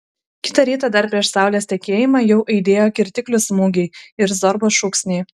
kitą rytą dar prieš saulės tekėjimą jau aidėjo kirtiklių smūgiai ir zorbos šūksniai